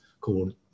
called